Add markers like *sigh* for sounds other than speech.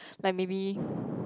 like maybe *breath*